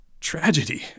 tragedy